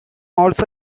also